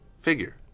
figure